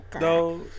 No